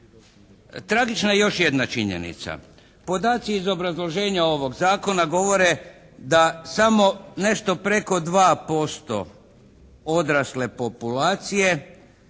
Tragična je još jedna činjenica. Podaci iz obrazloženja ovog Zakona govore da samo nešto preko 2% odrasle populacije